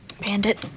Bandit